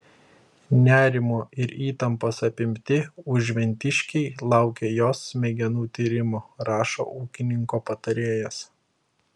nerimo ir įtampos apimti užventiškiai laukia jos smegenų tyrimo rašo ūkininko patarėjas